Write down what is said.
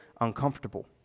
uncomfortable